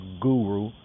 guru